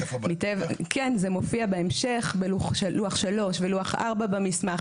זה מופיע בהמשך, בלוח 3 ולוח 4 במסמך.